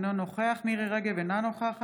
אינו נוכח מירי מרים רגב, אינה נוכחת